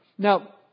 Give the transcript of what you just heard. Now